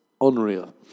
unreal